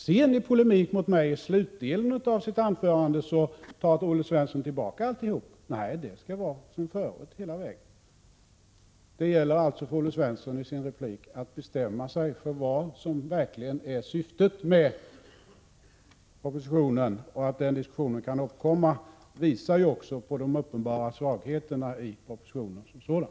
Men i polemik mot mig i slutdelen av sitt anförande tog Olle Svensson tillbaka alltihop — det skall vara som förut hela vägen. Det gäller för Olle Svensson att bestämma sig och i repliken ange vad som verkligen är syftet med propositionen. Att en sådan diskussion kan uppkomma visar också på de uppenbara svagheterna i propositionen som sådan.